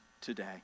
today